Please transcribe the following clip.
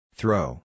Throw